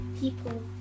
People